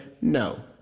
No